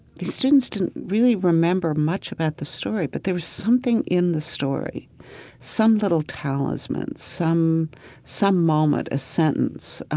the students didn't really remember much about the story, but there was something in the story some little talisman. some some moment, a sentence,